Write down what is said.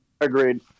agreed